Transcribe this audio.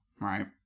right